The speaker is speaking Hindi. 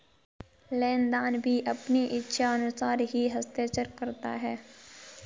लेनदार भी अपनी इच्छानुसार ही हस्ताक्षर करता है